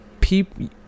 people